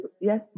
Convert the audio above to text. yes